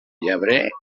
llebrer